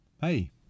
Hey